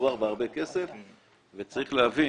מדובר בהרבה כסף וצריך להבין